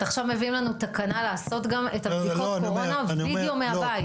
עכשיו מביאים לנו תקנה לעשות גם את בדיקות הקורונה בווידאו מהבית.